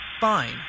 Fine